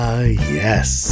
yes